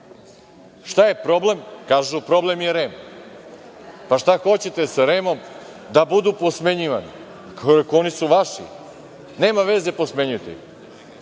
Šta je problem? Kažu – problem je REM. Šta hoćete sa REM-om? Da budu posmenjivani. Rekoh – oni su vaši. Nema veze, posmenjujte